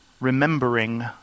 remembering